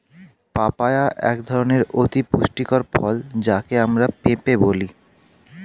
papaya এক ধরনের অতি পুষ্টিকর ফল যাকে আমরা পেঁপে বলি